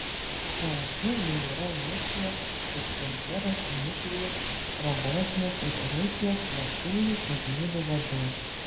sąraše jau yra rusijos vicepremjeras dmitrijus rogozinas ir rusijos slaptųjų tarnybų vadai